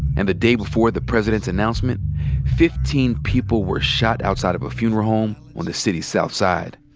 and the day before the president's announcement fifteen people were shot outside of a funeral home on the city's south side.